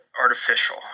artificial